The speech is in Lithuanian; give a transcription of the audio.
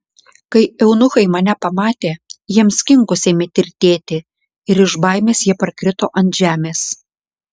kai eunuchai mane pamatė jiems kinkos ėmė tirtėti ir iš baimės jie parkrito ant žemės